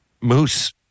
Moose